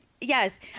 Yes